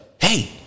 Hey